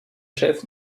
chef